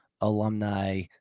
Alumni